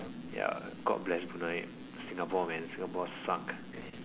ya god bless Brunei Singapore man Singapore suck